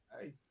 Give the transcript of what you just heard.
Hey